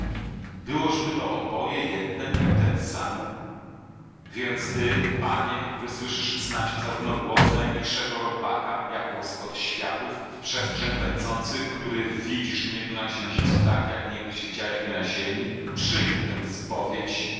moje byłożby to oboje jednem i tem samem więc ty panie który słyszysz snadź zarówno głos najlichszego robaka jak łoskot światów w przestrzeń pędzących który widzisz mnie tu na księżycu tak jak niegdyś widziałeś mnie na ziemi przyjm tę spowiedź